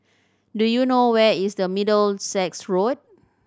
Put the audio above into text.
do you know where is the Middlesex Road